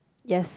yes